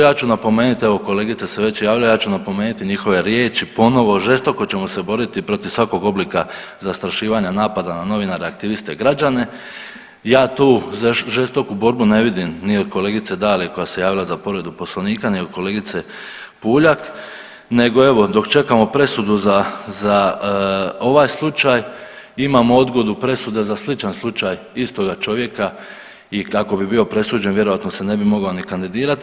Ja ću napomenut, evo kolegice se već javljaju, ja ću napomenuti njihove riječi ponovo „žestoko ćemo se boriti protiv svakog oblika zastrašivanja napada na novinara aktiviste, građane“, ja tu žestoku borbu ne vidim ni od kolegice Dalije koja se javila za povredu poslovnika ni od kolegice PUljak nego evo dok čekamo presudu za ovaj slučaj imamo odgodu presude za sličan slučaj istoga čovjeka i kako bi bio presuđen vjerojatno se ne bi mogao ni kandidirati.